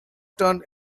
turned